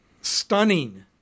stunning